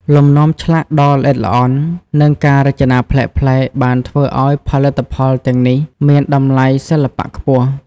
លំនាំឆ្លាក់ដ៏ល្អិតល្អន់ និងការរចនាប្លែកៗបានធ្វើឱ្យផលិតផលទាំងនេះមានតម្លៃសិល្បៈខ្ពស់។